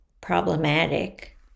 problematic